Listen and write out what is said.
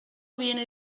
viene